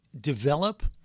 develop